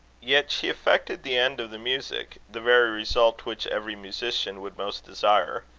yet she effected the end of the music, the very result which every musician would most desire,